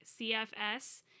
CFS